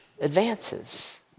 advances